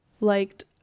liked